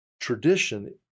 tradition